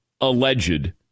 alleged